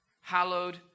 hallowed